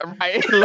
Right